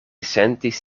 sentis